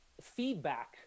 feedback